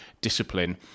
discipline